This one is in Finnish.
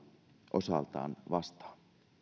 osaltaan vastaa